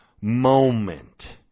moment